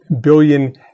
billion